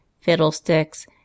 Fiddlesticks